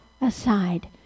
aside